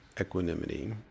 equanimity